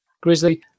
grizzly